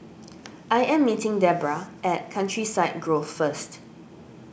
I am meeting Debora at Countryside Grove first